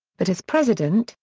but as president,